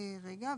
רגע,